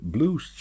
Blues